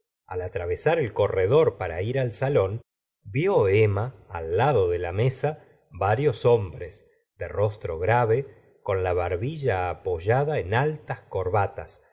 al atravesar el corredor para ir al salón vi emma al lado de la mesa varios hombres de rostro grave con la barbilla apoyada en altas corbatas